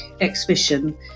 exhibition